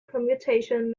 permutation